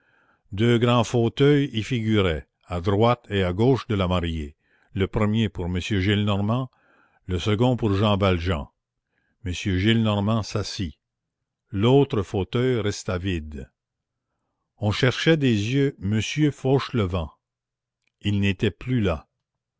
deux grands fauteuils y figuraient à droite et à gauche de la mariée le premier pour m gillenormand le second pour jean valjean m gillenormand s'assit l'autre fauteuil resta vide on chercha des yeux monsieur fauchelevent il n'était plus là